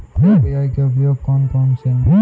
UPI के उपयोग कौन कौन से हैं?